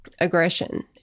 aggression